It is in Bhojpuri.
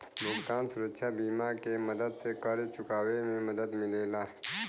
भुगतान सुरक्षा बीमा के मदद से कर्ज़ चुकावे में मदद मिलेला